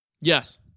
Yes